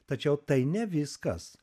tačiau tai ne viskas